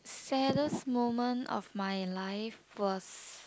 saddest moment of my life was